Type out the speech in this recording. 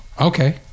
okay